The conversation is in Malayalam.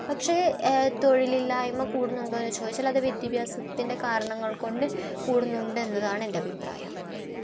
പക്ഷേ തൊഴിലില്ലായ്മ കൂടുന്നുണ്ടോയെന്ന് ചോദിച്ചാൽ അത് വിദ്യാഭ്യാസത്തിൻ്റെ കാരണങ്ങൾ കൊണ്ട് കൂടുന്നുണ്ടെന്നതാണ് എൻ്റെ അഭിപ്രായം